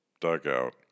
dugout